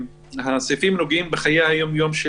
הסעיפים נוגעים בחיי היום-יום של